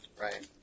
Right